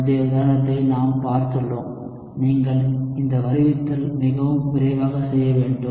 முந்தைய உதாரணத்தை நாம் பார்த்துள்ளோம் நீங்கள் இந்த வருவித்தல் மிகவும் விரைவாக செய்ய வேண்டும்